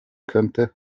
könnte